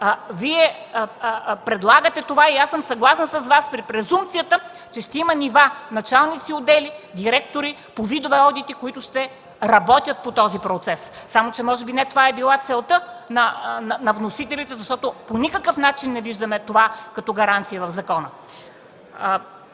Вие предлагате това и аз съм съгласна с Вас при презумпцията, че ще има нива – началници на отдели, директори по видове одити, които ще работят по този процес. Само че може би не това е била целта на вносителите, защото по никакъв начин не виждаме това като гаранция в закона.